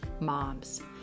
moms